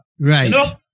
Right